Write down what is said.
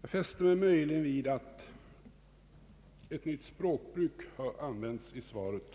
Jag fäste mig möjligen vid att ett nytt språkbruk användes i svaret.